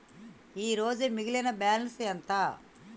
ఈరోజు మిగిలిన బ్యాలెన్స్ ఎంత?